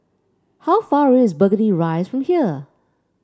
how far away is Burgundy Rise from here